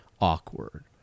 awkward